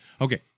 Okay